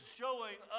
showing